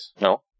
No